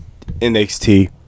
NXT